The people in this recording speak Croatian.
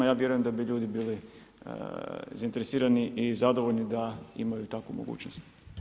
Ja vjerujem da bi ljudi bili zainteresirani i zadovoljni da imaju takvu mogućnost.